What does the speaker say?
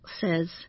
says